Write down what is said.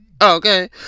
Okay